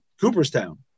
Cooperstown